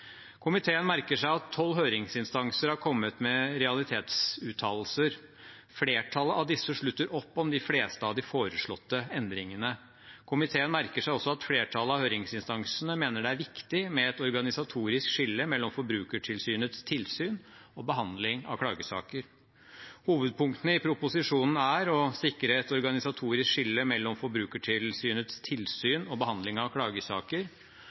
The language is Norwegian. Komiteen merker seg at tolv høringsinstanser har kommet med realitetsuttalelser. Flertallet av disse slutter opp om de fleste av de foreslåtte endringene. Komiteen merker seg også at flertallet av høringsinstansene mener det er viktig med et organisatorisk skille mellom Forbrukertilsynets tilsyn og behandling av klagesaker. Hovedpunktene i proposisjonen er at man vil sikre et organisatorisk skille mellom Forbrukertilsynets tilsyn og behandling av klagesaker